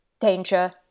danger